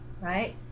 Right